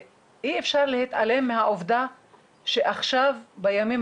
אי אפשר להתעלם מהעובדה שעכשיו בימים